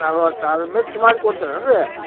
ನಲವತ್ತಾರು ಮಿಕ್ಸ್ ಮಾಡಿ ಕೊಡ್ತಿರೆನು ರೀ